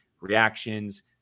reactions